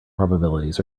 probabilities